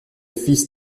fils